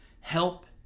help